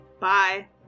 bye